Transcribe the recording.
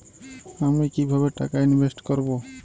আমি কিভাবে টাকা ইনভেস্ট করব?